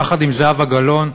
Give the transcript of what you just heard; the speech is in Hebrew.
יחד עם זהבה גלאון,